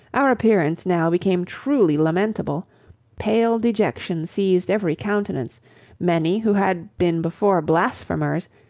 our appearance now became truly lamentable pale dejection seized every countenance many, who had been before blasphemers,